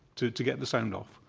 to get the sound off.